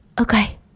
Okay